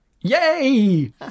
yay